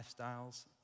lifestyles